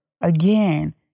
again